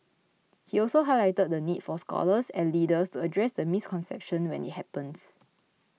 he also highlighted the need for scholars and leaders to address the misconceptions when it happens